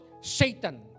Satan